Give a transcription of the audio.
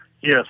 Yes